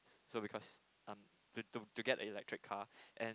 so because um to to get a electric car and